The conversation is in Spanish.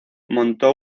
montó